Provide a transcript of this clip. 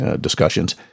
discussions